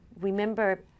remember